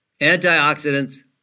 Antioxidants